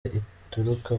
ituruka